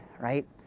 right